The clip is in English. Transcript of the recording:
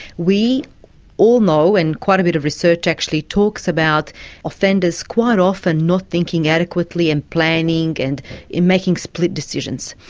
we all know, and quite a bit of research actually talks about offenders quite often not thinking adequately and planning and and making split decisions.